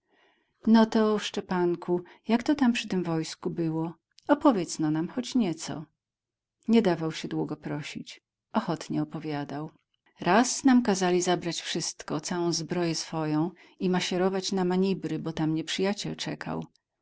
no to szczepanku jak to tam przy tem wojsku było opowiedzno nam choć nieco nie dawał się długo prosić ochotnie opowiadał raz nam kazali zabrać wszystko całą zbroję swoją i masierować na manibry bo tam nieprzyjaciel czekał